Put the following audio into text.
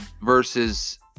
versus